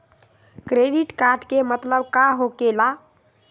Credit card के मतलब का होकेला?